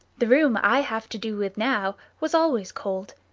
the room i have to do with now was always cold,